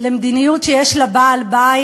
על מדיניות שיש לה בעל-בית.